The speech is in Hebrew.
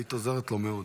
היית עוזרת לו מאוד.